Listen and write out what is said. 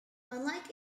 unlike